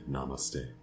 Namaste